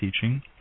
teaching